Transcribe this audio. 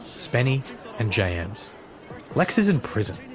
spenny and j-emz. lekks is in prison.